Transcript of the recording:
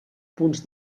punts